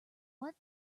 what